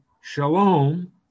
Shalom